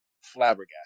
flabbergasted